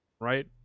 Right